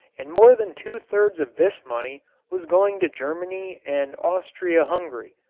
and more than two-thirds of this money was going to germany and austria-hungary.